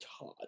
Todd